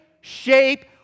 shape